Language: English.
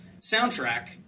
soundtrack